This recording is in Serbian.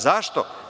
Zašto?